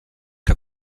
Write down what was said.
que